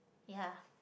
ya